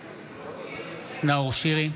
בעד נאור שירי,